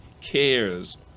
Cares